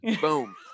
Boom